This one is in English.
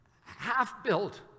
half-built